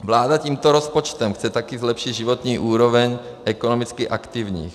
Vláda tímto rozpočtem chce také zlepšit životní úroveň ekonomicky aktivních.